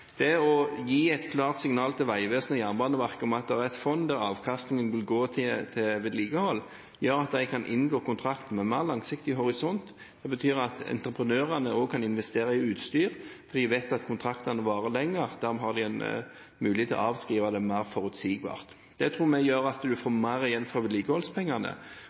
Det å gi et klart signal til Vegvesenet og Jernbaneverket om at det er et fond der avkastningen vil gå til vedlikehold, gjør at de kan inngå kontrakter med mer langsiktig horisont. Det betyr at entreprenørene også kan investere i utstyr, for de vet at kontraktene varer lenger, dermed har de en mulighet til å avskrive det mer forutsigbart. Det tror vi gjør at en får mer igjen for vedlikeholdspengene,